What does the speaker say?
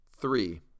Three